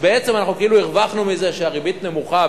בעצם כאילו הרווחנו מזה שהריבית נמוכה,